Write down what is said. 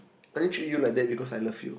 I only treat you like that because I love you